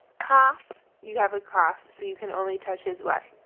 cough you have a cough, so you can only touch his what?